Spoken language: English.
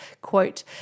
quote